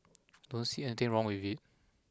don't see anything wrong with it